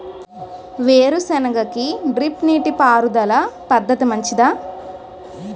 వేరుసెనగ కి డ్రిప్ నీటిపారుదల పద్ధతి మంచిదా?